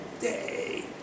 day